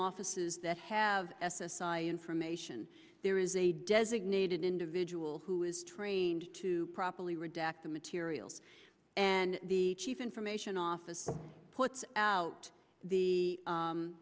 offices that have s s i information there is a designated individual who is trained to properly redact the materials and the chief information officer puts out the